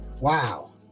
wow